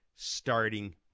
starting